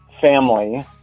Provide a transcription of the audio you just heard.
family